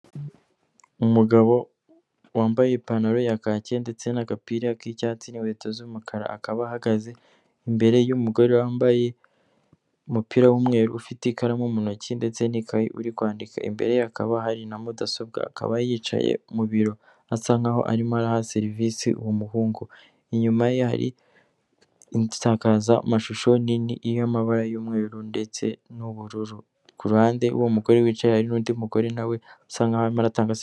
Umugabo wambaye ipantaro ya kaki ndetse n'agapira k'icyatsi n'inkweto z'umukara, akaba ahagaze imbere y'umugore wambaye umupira w'umweru ufite ikaramu mu ntoki ndetse n'ikayi uri kwandika. Imbere akaba hari na mudasobwa akaba yicaye mu biro asa nkaho arimo araha serivisi uwo muhungu, inyuma ye hari isakazamashusho nini iriho amabara y'umweru ndetse n'ubururu. Ku ruhande uwo mugore wicaye hari n'ndi mugore nawe usa nkaho arimo aratanga serivisi.